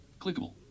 Clickable